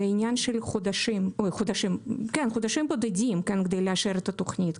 זה עניין של חודשים בודדים כדי לאשר את התוכנית.